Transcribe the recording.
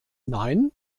nein